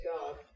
God